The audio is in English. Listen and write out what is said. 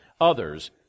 others